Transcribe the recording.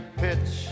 pitch